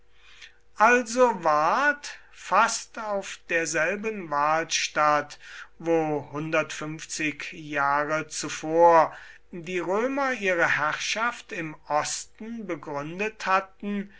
also ward fast auf derselben walstatt wo hundertfünfzig jahre zuvor die römer ihre herrschaft im osten begründet hatten